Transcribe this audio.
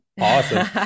awesome